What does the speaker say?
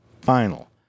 final